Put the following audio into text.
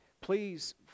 please